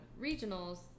regionals